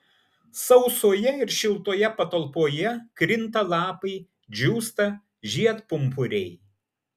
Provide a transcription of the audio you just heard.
sausoje ir šiltoje patalpoje krinta lapai džiūsta žiedpumpuriai